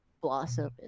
blossom